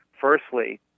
Firstly